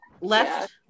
left